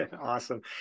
Awesome